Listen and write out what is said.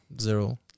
zero